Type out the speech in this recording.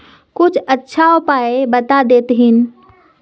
कुछ अच्छा उपाय बता देतहिन?